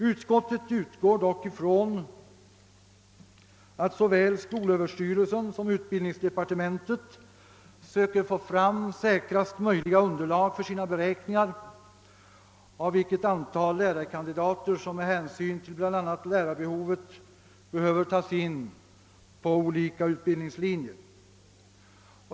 Utskottet utgår dock ifrån att såväl skolöverstyrelsen som utbildningsdepartementet söker få fram säkraste möjliga underlag för sina beräkningar av vilket antal lärarkandidater som med hänsyn till bl.a. lärarbehovet behöver tas in på olika utbildningslinjer.